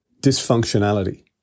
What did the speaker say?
dysfunctionality